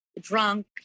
drunk